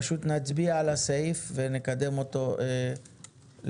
ופשוט נצביע על הסעיף ונקדם אותו למליאה.